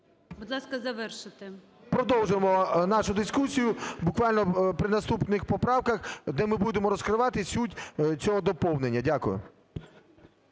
Будь ласка, завершуйте. ШУФРИЧ Н.І. …продовжуємо нашу дискусію буквально при наступних поправках, де ми будемо розкривати суть цього доповнення. Дякую.